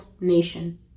nation